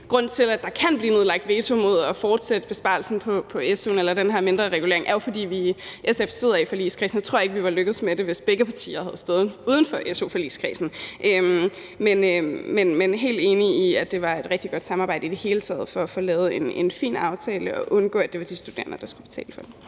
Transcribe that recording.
grunden til, at der kan blive nedlagt veto mod at fortsætte besparelsen på su'en eller den her mindreregulering, jo er, at SF sidder i forligskredsen. Nu tror jeg ikke, vi var lykkedes med det, hvis begge partier havde stået uden for su-forligskredsen. Men jeg er helt enig i, at det var et rigtig godt samarbejde i det hele taget for at få lavet en fin aftale og undgå, at det var de studerende, der skulle betale for det.